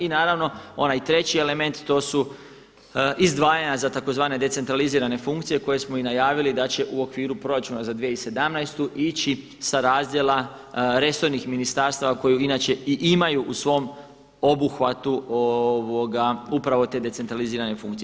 I naravno onaj treći element to su izdvajanja za tzv. decentralizirane funkcije koje smo i najavili da će u okviru proračuna za 2017. ići sa razdjela resornih ministarstava koji inače i imaju u svom obuhvatu upravo te decentralizirane funkcije.